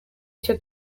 icyo